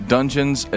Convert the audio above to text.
Dungeons &